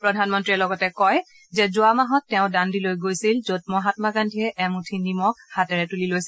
প্ৰধানমন্ত্ৰীয়ে লগতে কয় যে যোৱা মাহত তেওঁ দাণ্ডিলৈ গৈছিল যত মহামা গান্ধীয়ে এমুঠি নিমখ হাতেৰে তুলি লৈছিল